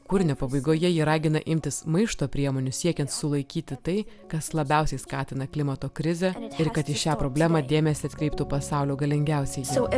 kūrinio pabaigoje ji ragina imtis maišto priemonių siekiant sulaikyti tai kas labiausiai skatina klimato krizę ir kad į šią problemą dėmesį atkreiptų pasaulio galingiausieji